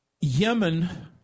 Yemen